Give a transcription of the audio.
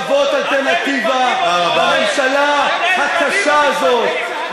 כדי להוות אלטרנטיבה לממשלה הקשה הזאת,